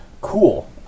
Cool